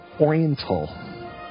oriental